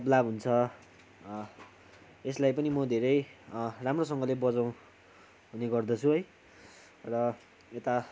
तब्ला हुन्छ त्यसलाई पनि म धेरै राम्रोसँगले बजाउने गर्दछु है र यता